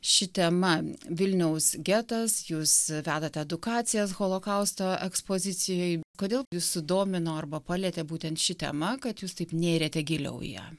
ši tema vilniaus getas jūs vedat edukacijas holokausto ekspozicijoj kodėl jus sudomino arba palietė būtent ši tema kad jūs taip nėrėte giliau į ją